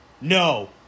No